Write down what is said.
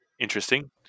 interesting